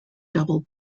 double